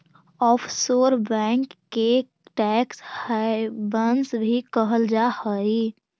offshore bank के tax havens भी कहल जा हइ